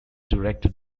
directed